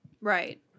Right